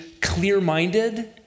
clear-minded